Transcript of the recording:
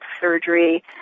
surgery